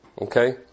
Okay